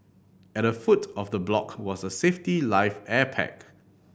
at the foot of the block was a safety life air pack